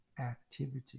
activity